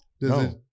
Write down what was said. No